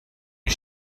you